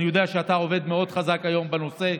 אני יודע שאתה עובד מאוד חזק היום בנושא,